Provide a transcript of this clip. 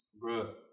Bro